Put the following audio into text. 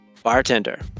Bartender